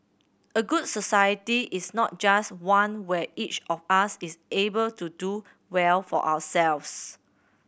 a good society is not just one where each of us is able to do well for ourselves